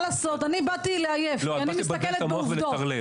לא, את באת לבלבל את המוח ולטרלל.